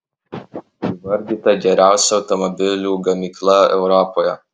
įvardyta geriausia automobilių gamykla europoje